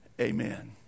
Amen